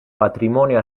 patrimonio